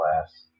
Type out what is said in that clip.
class